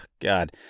God